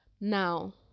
now